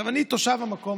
אני תושב המקום.